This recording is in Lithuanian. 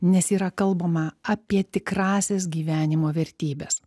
nes yra kalbama apie tikrąsias gyvenimo vertybes